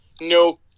no